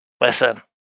Listen